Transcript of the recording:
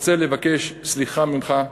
רוצה לבקש סליחה ממך,